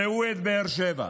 ראו את באר שבע.